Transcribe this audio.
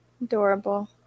Adorable